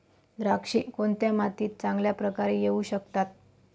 द्राक्षे कोणत्या मातीत चांगल्या प्रकारे येऊ शकतात?